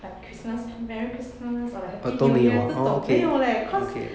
like christmas merry christmas or like happy new year 这种没有 leh cos